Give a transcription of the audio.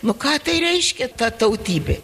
nu ką tai reiškia ta tautybė